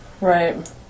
Right